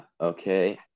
okay